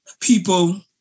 people